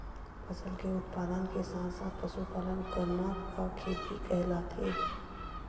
फसल के उत्पादन के साथ साथ पशुपालन करना का खेती कहलाथे?